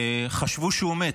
וחשבו שהוא מת.